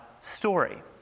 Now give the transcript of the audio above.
story